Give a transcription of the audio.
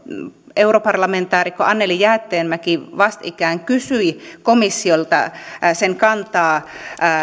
europarlamentaarikko anneli jäätteenmäki vastikään kysyi komissiolta sen kantaa